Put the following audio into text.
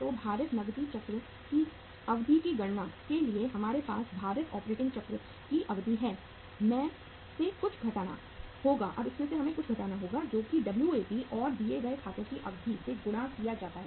तो भारित नकदी चक्र की अवधि की गणना के लिए हमारे पास भारित ऑपरेटिंग चक्र की अवधि है मैं से कुछ घटाना होगा जोकि है WAP और देय खातों की अवधि से गुणा किया जाता है